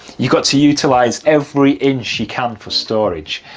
you've got to utilise every inch you can for storage.